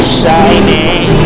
shining